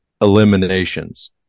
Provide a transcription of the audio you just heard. eliminations